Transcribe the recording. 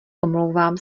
omlouvám